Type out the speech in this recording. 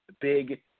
big